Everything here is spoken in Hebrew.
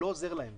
לא עוזר להם.